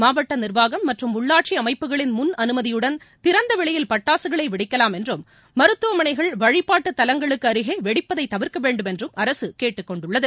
மாவட்ட நிர்வாகம் மற்றும் உள்ளாட்சி அமைப்புகளின் முன் அனுமதியுடன் திறந்த வெளியில் பட்டாசுகளை வெடிக்கலாம் என்றும் மருத்துவமனைகள் வழிபாட்டுத் தலங்களுக்கு அருகே வெடிப்பதை தவிர்க்க வேண்டும் என்றும் அரசு கேட்டுக்கொண்டுள்ளது